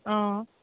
অ